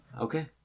Okay